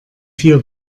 vier